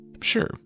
Sure